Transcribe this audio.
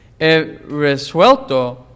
resuelto